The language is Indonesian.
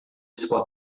sebuah